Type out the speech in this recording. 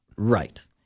Right